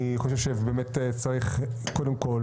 אני חושב שבאמת צריך קודם כל